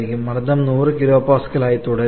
മർദ്ദം 100 kPa ആയി തുടരുമോ